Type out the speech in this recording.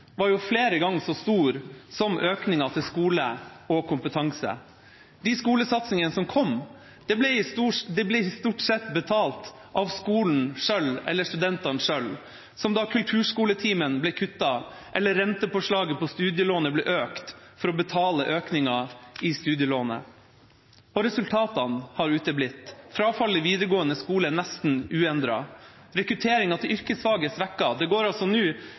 var flere ganger så stor som økningen til skole og kompetanse. De skolesatsingene som kom, ble stort sett betalt av skolen selv eller studentene selv, som da kulturskoletimen ble kuttet, eller rentepåslaget på studielånet ble økt for å betale økningen i studielånet. Resultatene har uteblitt. Frafallet i videregående skole er nesten uendret. Rekrutteringen til yrkesfag er svekket. Det går nå